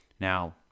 Now